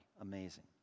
Amazing